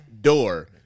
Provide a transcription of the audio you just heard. Door